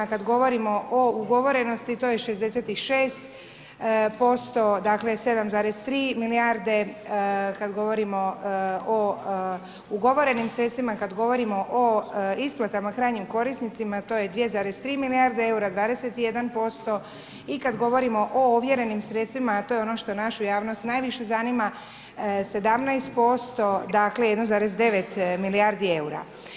Kada govorimo o ugovorenosti, to je 66%, dakle, 7,3 milijarde, kada govorimo o ugovorenim sredstvima, kada govorima o isplatama krajnjim korisnicima, to j 2,3 milijarde eura, 21% i kada govorimo o ovjerenim sredstvima, a to je ono što našu javnost najviše zanima, 17% dakle, 1,9 milijardi eura.